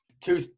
Two